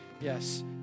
Yes